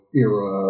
era